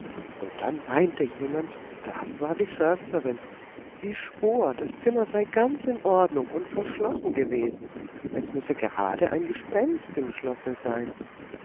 und dann weinte jemand das war die försterin sie schwor das zimmer sei ganz in ordnung und verschlossen gewesen es müsse gerade ein gespenst im schlosse sein